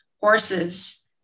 Horses